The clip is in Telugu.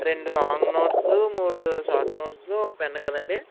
రెండు లాంగ్ నోట్స్లు మూడు షార్ట్ నోట్స్లు ఒక పెన్ కదండి